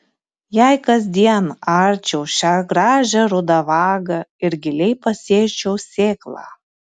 jei kasdien arčiau šią gražią rudą vagą ir giliai pasėčiau sėklą